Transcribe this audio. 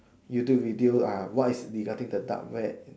YouTube video uh what is regarding the dark web